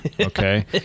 okay